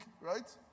right